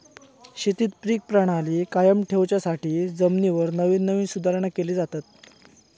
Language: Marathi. शेतीत पीक प्रणाली कायम ठेवच्यासाठी जमिनीवर नवीन नवीन सुधारणा केले जातत